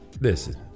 listen